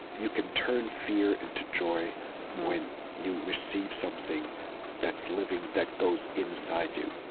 you can turn fear into joy when you receive something that's living, that goes inside you,